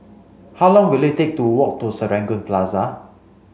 how long will it take to walk to Serangoon Plaza